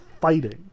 fighting